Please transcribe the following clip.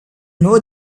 know